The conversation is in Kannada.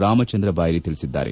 ರಾಮಚಂದ್ರ ಬಾಯರಿ ತಿಳಿಸಿದ್ದಾರೆ